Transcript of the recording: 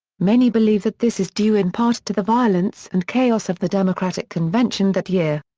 many believe that this is due in part to the violence and chaos of the democratic convention that year.